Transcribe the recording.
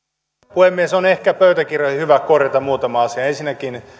puhemies on ehkä pöytäkirjoihin hyvä korjata muutama asia ensinnäkin